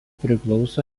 priklauso